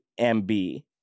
MB